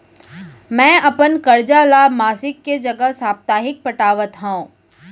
मै अपन कर्जा ला मासिक के जगह साप्ताहिक पटावत हव